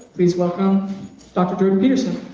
please welcome dr jordan peterson.